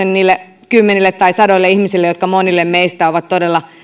niille kymmenille ja sadoille ihmisille jotka monille meistä ovat todella